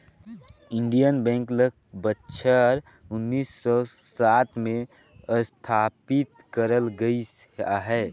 Indian bank ल बछर उन्नीस सव सात में असथापित करल गइस अहे